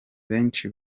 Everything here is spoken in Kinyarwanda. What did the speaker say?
benshi